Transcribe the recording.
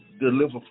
deliver